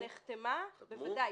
בוודאי.